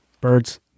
Birds